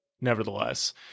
Nevertheless